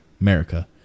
America